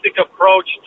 approach